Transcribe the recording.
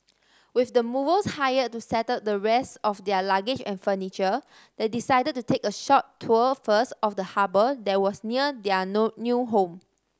with the movers hired to settle the rest of their luggage and furniture they decided to take a short tour first of the harbour that was near their no new home